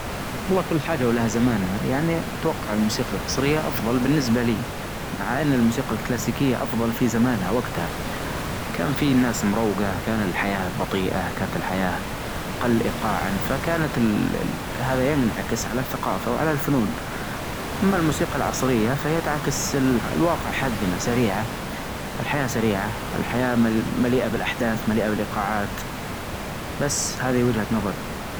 والله كل حاچة ولها زمانها يعني أتوقع الموسيقى العصرية أفضل بالنسبة لي. مع أن الموسيقى الكلاسيكية أفضل في زمانها وقتها، كان في ناس مروقة كان الحياة بطيئة كانت الحياة أقل إيقاعا فكانال-ال هذا بينعكس على الثقافة وعلى الفنون، أما الموسيقى العصرية فهي تعكس ال-الواقع حدنا سريعة، الحياة سريعة، الحياة مل-مليئة بالاحداث مليئة بالإيقاعات، بس هذي وچهة نظري.